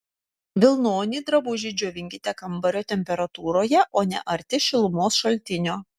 vilnonį drabužį džiovinkite kambario temperatūroje o ne arti šilumos šaltinio